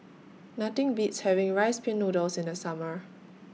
Nothing Beats having Rice Pin Noodles in The Summer